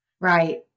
Right